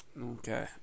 Okay